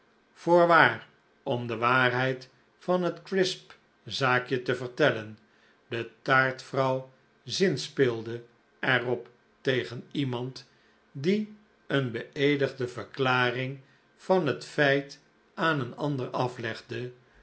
voorwaar om de waarheid van het crisp zaakje te vertellen de taartvrouw zinspeelde er op tegen iemand die een beeedigde verklaring van het feit aan een ander aflegde